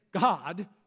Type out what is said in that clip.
God